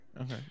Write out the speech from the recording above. okay